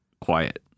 quiet